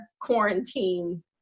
quarantine